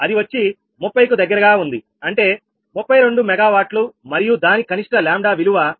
అది వచ్చి 30 కు దగ్గరగా ఉంది అంటే 32MW మరియు దాని కనిష్ట 𝜆 విలువ 46